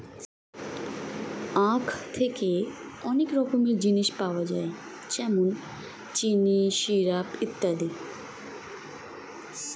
আখ থেকে অনেক রকমের জিনিস পাওয়া যায় যেমন চিনি, সিরাপ ইত্যাদি